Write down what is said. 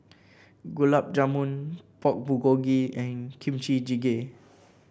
Gulab Jamun Pork Bulgogi and Kimchi Jjigae